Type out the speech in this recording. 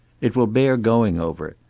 it will bear going over.